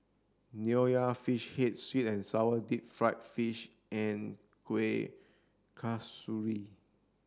nonya fish head sweet and sour deep fried fish and Kueh Kasturi